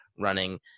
running